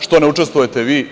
Što ne učestvujete vi?